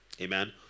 Amen